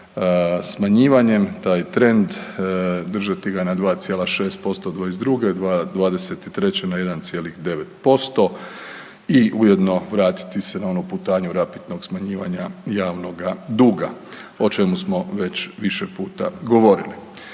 smanjivanjem, taj trend, držati ga na 2,6% '22., '23. na 1,9% i ujedno vratiti se na ovu putanju rapidnog smanjivanja javnoga duga, o čemu smo već više puta govorili.